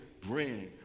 bring